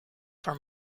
for